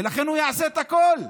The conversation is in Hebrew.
ולכן הוא יעשה את הכול,